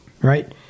right